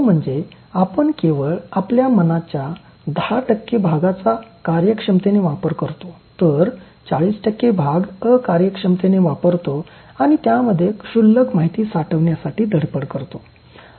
तो म्हणजे आपण केवळ आपल्या मनाच्या १० भागाचा कार्यक्षमतेने वापर करतो तर 40 भाग अकार्यक्षमतेने वापरतो आणि त्यामध्ये क्षुल्लक माहिती साठवण्यासाठी धडपड करतो